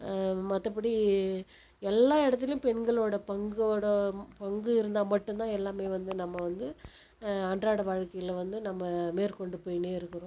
மற்றபடி எல்லா இடத்துலையும் பெண்களோடய பங்கோடய பங்கு இருந்தால் மட்டுந்தான் எல்லாமே வந்து நம்ம வந்து அன்றாடம் வாழ்க்கையில் வந்து நம்ம மேற்கொண்டு போயினே இருக்கிறோம்